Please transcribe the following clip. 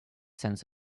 sense